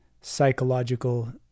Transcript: psychological